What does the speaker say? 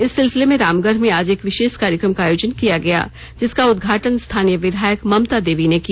इस सिलसिले में रामगढ़ में आज एक विशेष कार्यक्रम का आयोजन किया गया जिसका उदघाटन स्थानीय विधायक ममता देवी ने किया